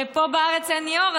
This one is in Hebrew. ופה בארץ אין יאור,